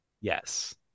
Yes